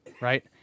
right